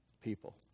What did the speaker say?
people